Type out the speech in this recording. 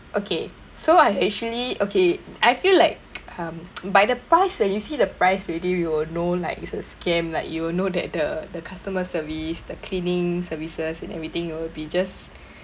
okay so I actually okay I feel like um by the price ah you see the price already you know like it's a scam like you will know that the the customer service the cleaning services and everything it will be just